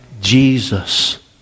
Jesus